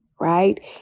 right